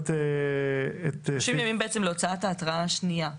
30 ימים להוצאת ההתראה השנייה,